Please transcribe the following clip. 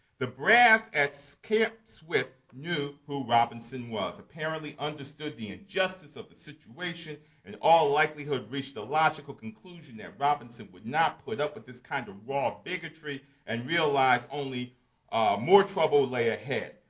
the brass at so camp swift knew who robinson was, apparently understood the injustice of the situation, and in all likelihood reached the logical conclusion that robinson would not put up with this kind of raw bigotry and realized only more trouble lay ahead.